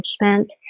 management